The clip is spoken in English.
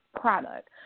product